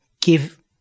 give